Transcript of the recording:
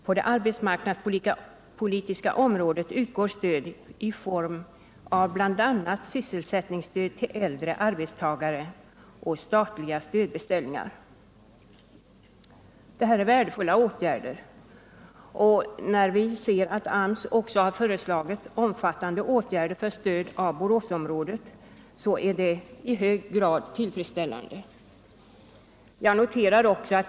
På det arbetsmark nadspolitiska området utgår stöd i form av bl.a. sysselsättningsstöd till äldre arbetstagare och statliga stödbeställningar. Det här är värdefulla åtgärder, och när vi ser att AMS också har föreslagit omfattande åtgärder för stöd till Boråsområdet finner vi det i hög grad tillfredsställande.